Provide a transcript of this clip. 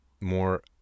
more